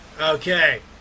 Okay